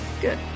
good